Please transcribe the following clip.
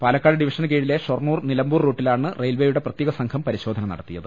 പാലക്കാട് ഡിവിഷന് കീഴിലെ ഷൊർണൂർ നിലമ്പൂർ റൂട്ടിലാണ് റെയിൽവെയുടെ പ്രത്യേക സംഘം പരിശോധന നടത്തിയത്